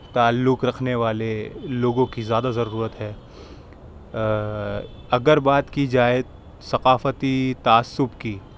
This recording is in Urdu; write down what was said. تعلق رکھنے والے لوگوں کی زیادہ ضرورت ہے اگر بات کی جائے ثقافتی تعصب کی